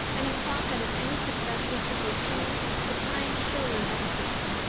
and i thought that if any success was to be achieved, the time surely had come.